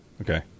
Okay